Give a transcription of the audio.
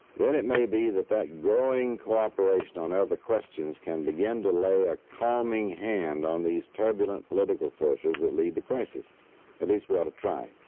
then it may be that that growing cooperation on other questions can begin to lay a calming hand on these turbulent political forces that lead to crisis at least we ought to try.